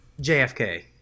JFK